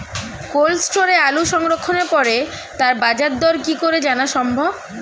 Cold স্টোরে আলু সংরক্ষণের পরে তার বাজারদর কি করে জানা সম্ভব?